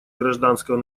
гражданского